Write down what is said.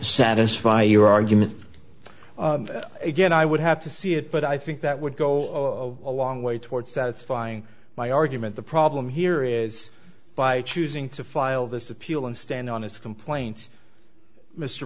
satisfy your argument again i would have to see it but i think that would go a long way toward satisfying my argument the problem here is by choosing to file this appeal and stand on his complaints mr